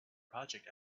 project